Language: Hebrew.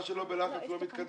מה שלא בלחץ, לא מתקדם?